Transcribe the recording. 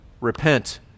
repent